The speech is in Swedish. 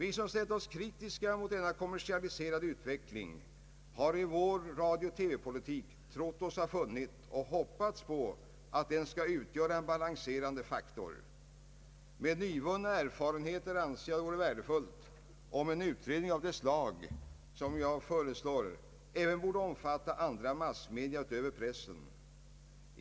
Vi som ställt oss kritiska mot denna kommersiella utveckling har i vår radiooch TV-politik trott oss ha funnit en balanserande faktor. Med nyvunna erfarenheter anser jag att det vore värdefullt om en utredning av det slag som jag föreslår även skulle omfatta andra massmedia utöver pressen.